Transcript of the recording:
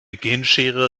genschere